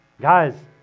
Guys